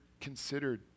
considered